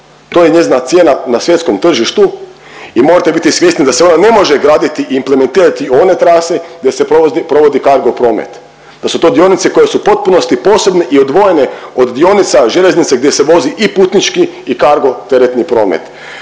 To je njezina cijena na svjetskom tržištu i morate biti svjesni da se ona ne može graditi i implementirati u one trase gdje se provodi cargo promet, da su to dionice koje su u potpunosti posebne i odvojene od dionica željeznice gdje se vozi i putnički i cargo teretni promet.